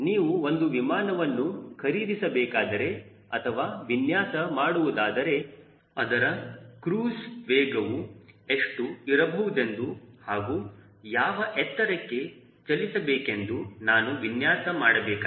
ನೀವು ಒಂದು ವಿಮಾನವನ್ನು ಖರೀದಿಸಬೇಕಾದರೆ ಅಥವಾ ವಿನ್ಯಾಸ ಮಾಡುವುದಾದರೆ ಅದರ ಕ್ರೂಜ್ ವೇಗವು ಎಷ್ಟು ಇರಬಹುದೆಂದು ಹಾಗೂ ಯಾವ ಎತ್ತರಕ್ಕೆ ಚಲಿಸಬೇಕೆಂದು ನಾನು ವಿನ್ಯಾಸ ಮಾಡಬೇಕಾಗಿದೆ